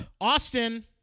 Austin